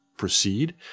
proceed